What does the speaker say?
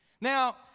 Now